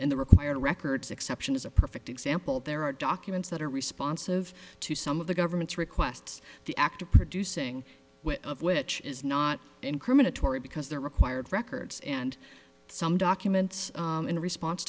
in the required records exception is a perfect example there are documents that are responsive to some of the government's requests the act of producing of which is not incriminatory because they're required records and some documents in response